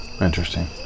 Interesting